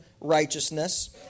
righteousness